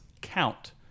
count